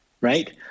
right